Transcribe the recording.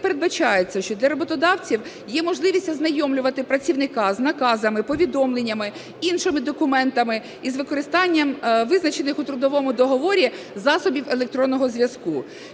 передбачається, що для роботодавців є можливість ознайомлювати працівника з наказами, повідомленнями, іншими документами із використанням визначених у трудовому договорі засобів електронного зв'язку.